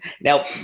now